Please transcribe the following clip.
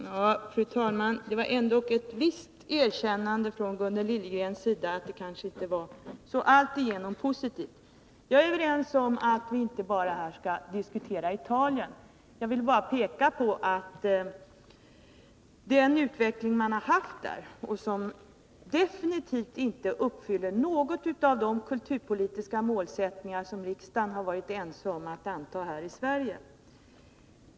Fru talman! Det var ändå ett visst erkännande från Gunnel Liljegrens sida, att det kanske inte var så alltigenom positivt. Jag håller med om att vi här inte bara skall diskutera massmediepolitiken i Italien. Jag ville bara peka på att vi kan komma att få den utveckling man har haft där och som definitivt inte uppfyller något av de kulturpolitiska målsättningar som vi i riksdagen har varit ense om att anta här i Sverige.